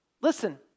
Listen